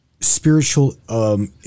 Spiritual